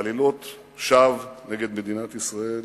בעלילות שווא נגד מדינת ישראל,